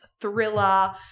thriller